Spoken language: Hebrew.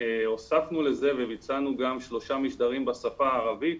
והוספנו לזה ובצענו גם שלושה משדרים בשפה הערבית,